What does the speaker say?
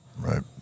Right